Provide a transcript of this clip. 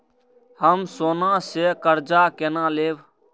हम सोना से कर्जा केना लैब?